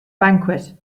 banquet